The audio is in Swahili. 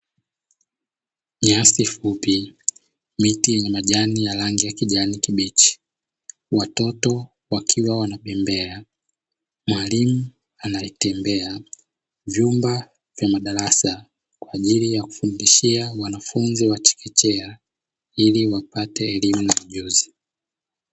Nyasi fupi, miti yenye majani ya rangi ya kijani kibichi, watoto wakiwa wanabembea, mwalimu anayetembea, vyumba vya madarasa kwa ajili ya kufundishia wanafunzi wa chekechea ili wapate elimu na ujuzi.